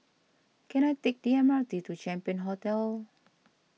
can I take the M R T to Champion Hotel